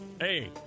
hey